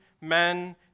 men